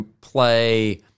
play